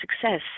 success